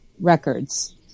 records